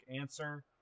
answer